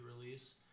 release